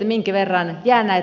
ja minkä verran jää näitä väliinputoavia metsänomistajia